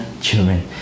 children